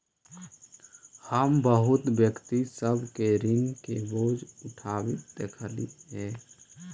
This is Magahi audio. हम बहुत व्यक्ति सब के ऋण के बोझ उठाबित देखलियई हे